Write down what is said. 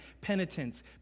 penitence